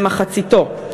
למחציתו.